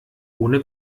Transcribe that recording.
ohne